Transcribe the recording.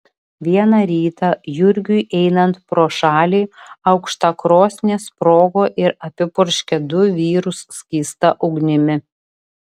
vieną rytą jurgiui einant pro šalį aukštakrosnė sprogo ir apipurškė du vyrus skysta ugnimi